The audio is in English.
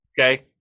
okay